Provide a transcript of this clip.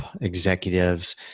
executives